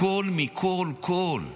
הכול, מכול, כול.